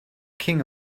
king